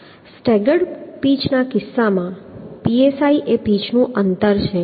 staggered પિચના કિસ્સામાં psi એ પિચનું અંતર છે